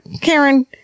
Karen